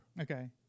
Okay